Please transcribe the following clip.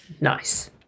nice